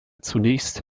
zunächst